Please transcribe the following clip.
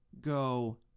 go